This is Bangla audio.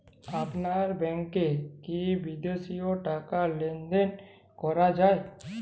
আপনার ব্যাংকে কী বিদেশিও টাকা লেনদেন করা যায়?